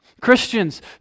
Christians